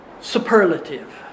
superlative